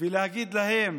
ולהגיד להם